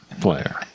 player